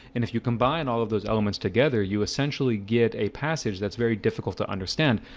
and if you combine all of those elements together, you essentially get a passage that's very difficult to understand,